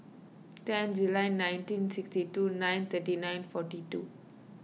ten July nineteen sixty two nine thirty nine forty two